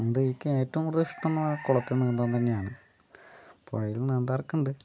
അതുകൊണ്ട് എനിക്ക് ഏറ്റവും കൂടുതൽ ഇഷ്ടംന്ന് പറയുന്നത് കുളത്തില് നീന്താൻ തന്നെയാണ് പുഴയില് നീന്താറൊക്കെയിണ്ട്